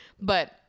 But-